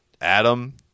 Adam